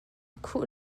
khuh